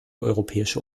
europäische